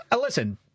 listen